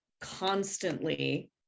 constantly